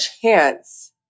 chance